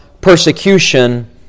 persecution